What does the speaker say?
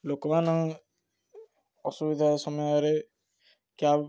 ଲୋକମାନ ଅସୁବିଧା ସମୟରେ କ୍ୟାବ୍